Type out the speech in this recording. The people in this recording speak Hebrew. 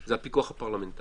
זה הפיקוח הפרלמנטרי.